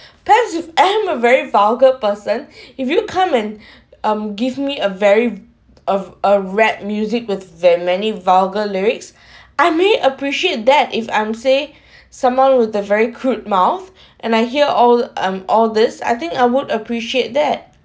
perhaps I'm a very vulgar person if you come and um give me a very a a rap music with where many vulgar lyrics I may appreciate that if I'm say someone with the very crude mouth and I hear all um all these I think I won't appreciate that